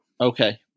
Okay